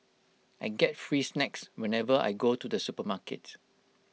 I get free snacks whenever I go to the supermarket